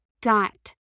got